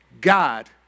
God